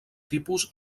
tipus